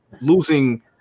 losing